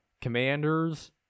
Commanders